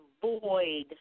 void